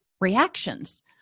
reactions